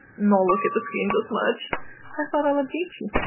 not look at the screens as much i thought i'll update you.